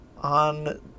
on